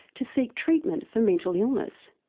to seek treatment for mental illness,